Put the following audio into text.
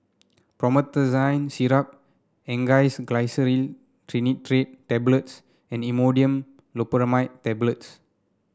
Promethazine Syrup Angised Glyceryl Trinitrate Tablets and Imodium Loperamide Tablets